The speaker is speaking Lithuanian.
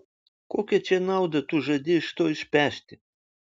kokią čia naudą tu žadi iš to išpešti